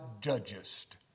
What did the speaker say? judgest